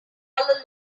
alone